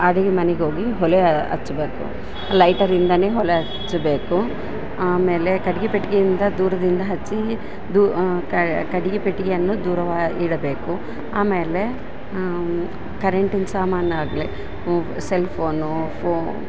ಅಡಿಗೆ ಮನೆಗೆ ಹೋಗಿ ಒಲೆ ಹಚ್ಚ್ಬೇಕು ಲೈಟರಿಂದಾನೇ ಒಲೆ ಹಚ್ಚ್ಬೇಕು ಆಮೇಲೆ ಕಟ್ಗಿ ಪೆಟ್ಗೆಯಿಂದ ದೂರದಿಂದ ಹಚ್ಚಿ ದೂ ಕಟ್ಗಿ ಪೆಟ್ಟಿಗೆಯನ್ನು ದೂರವಾ ಇಡಬೇಕು ಆಮೇಲೆ ಕರೆಂಟಿನ ಸಾಮಾನು ಆಗ್ಲಿ ಸೆಲ್ಫೋನು ಫೋ